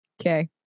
okay